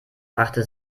brachte